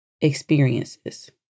experiences